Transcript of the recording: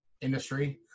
industry